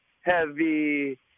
heavy